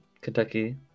Kentucky